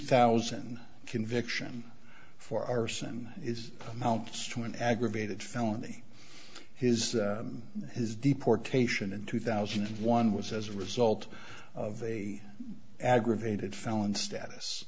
thousand conviction for arson is amounts to an aggravated felony his his deportation in two thousand and one was as a result of a aggravated felon status